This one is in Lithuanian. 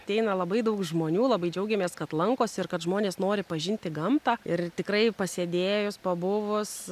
ateina labai daug žmonių labai džiaugiamės kad lankosi ir kad žmonės nori pažinti gamtą ir tikrai pasėdėjus pabuvus